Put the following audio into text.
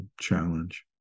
challenge